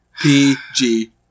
PG